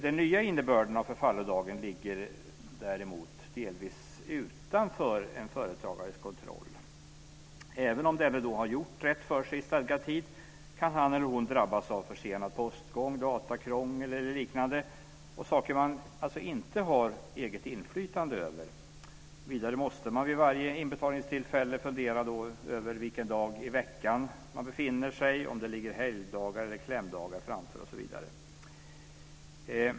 Den nya innebörden av förfallodagen ligger däremot delvis utanför en företagares kontroll. Även om denne har gjort rätt för sig i stadgad tid kan han eller hon drabbas av försenad postgång, datakrångel eller liknande, saker man alltså inte har eget inflytande över. Vidare måste man vid varje inbetalningstillfälle fundera över vilken dag i veckan det är, om det ligger helgdagar eller klämdagar framför osv.